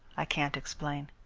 i can't explain.